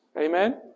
Amen